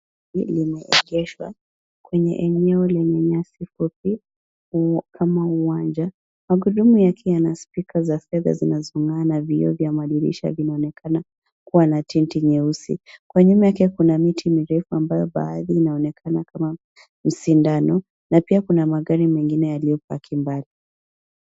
Gari limeegeshwa kwenye eneo lenye nyasi fupi, kama uwanja. Magurudumu yake yana spika za fedha zinazonga'aa na vioo vya madirisha vinaonekana kuwa na tinti nyeusi. Kwa nyuma yake kuna miti mirefu ambayo baadhi inaonekana kama msindano na pia kuna magari mengine yaliyopaki mbali.